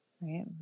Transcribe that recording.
right